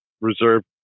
reserved